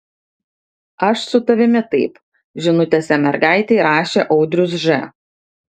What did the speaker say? aš su tavimi taip žinutėse mergaitei rašė audrius ž